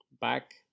back